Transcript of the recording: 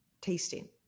tasting